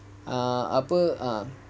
uh apa uh